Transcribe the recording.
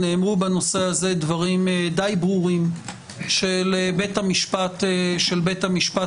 נאמרו בנושא הזה דברים די ברורים של בית המשפט העליון,